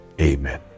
amen